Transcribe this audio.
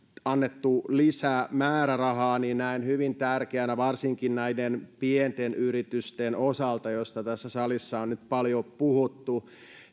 annettu lisämäärärahaa näen hyvin tärkeänä varsinkin näiden pienten yritysten osalta joista tässä salissa on nyt paljon puhuttu